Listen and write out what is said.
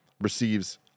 receives